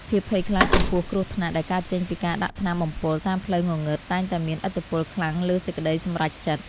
ភាពភ័យខ្លាចចំពោះគ្រោះថ្នាក់ដែលកើតចេញពីការដាក់ថ្នាំបំពុលតាមផ្លូវងងឹតតែងតែមានឥទ្ធិពលខ្លាំងលើសេចក្តីសម្រេចចិត្ត។